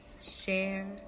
share